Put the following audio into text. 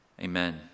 amen